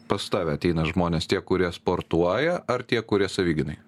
pas tave ateina žmonės tie kurie sportuoja ar tie kurie savigynai